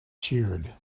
cheered